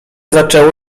zaczęło